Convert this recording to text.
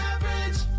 Average